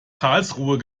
karlsruhe